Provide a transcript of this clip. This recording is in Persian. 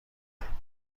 کنیم